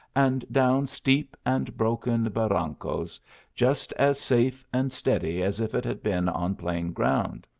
and down steep and broken barrancos just as safe and steady as if it had been on plain ground.